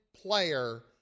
player